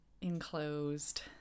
enclosed